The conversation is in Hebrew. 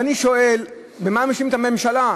ואני שואל, ובמה מאשימים את הממשלה?